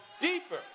deeper